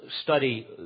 study